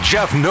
Jeff